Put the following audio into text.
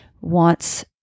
wants